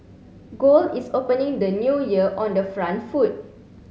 gold is opening the new year on the front foot